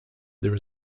there